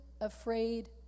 afraid